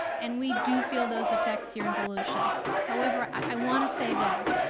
and we do feel those effects here in volusia. however, i wanna say this.